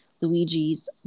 Luigi's